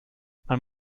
man